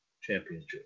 Championship